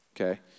Okay